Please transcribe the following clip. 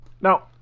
now